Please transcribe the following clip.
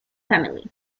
family